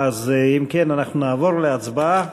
אם כן, אנחנו נעבור להצבעה.